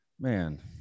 man